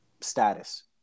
status